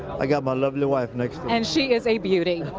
i got my lovely wife next and she's a beauty.